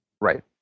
Right